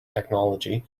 technology